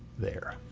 there.